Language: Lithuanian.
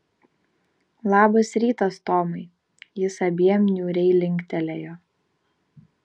labas rytas tomai jis abiem niūriai linktelėjo